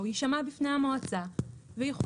הוא יישמע בפני המועצה ויוחלט.